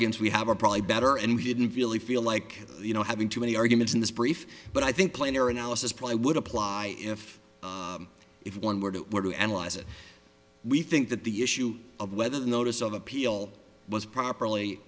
organs we have are probably better and we didn't really feel like you know having too many arguments in this brief but i think planar analysis probably would apply if if one were to were to analyze it we think that the issue of whether the notice of appeal was properly